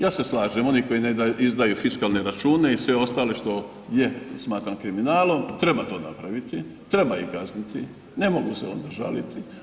Ja se slažem, oni koji ne izdaju fiskalne račune i sve ostale što je smatram kriminalom treba to napraviti, treba ih kazniti, ne mogu se onda žaliti.